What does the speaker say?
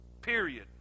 Period